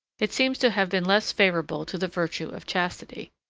it seems to have been less favorable to the virtue of chastity,